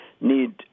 need